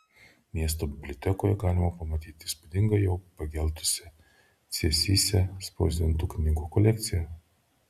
miesto bibliotekoje galima pamatyti įspūdingą jau pageltusią cėsyse spausdintų knygų kolekciją